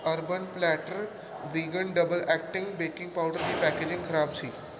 urban platter vegan double acting baking powder ਦੀ packaging ਖ਼ਰਾਬ ਸੀ